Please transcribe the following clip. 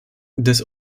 des